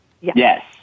Yes